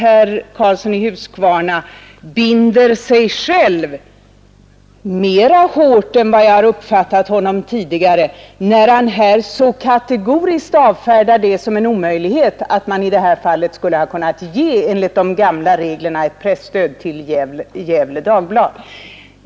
Herr Karlsson i Huskvarna binder sig själv mera hårt än jag uppfattade honom tidigare, när han här så kategoriskt avfärdar det såsom en omöjlighet att man enligt de gamla reglerna hade kunnat ge ett presstöd till Gefle Dagblad.